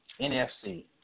NFC